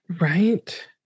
Right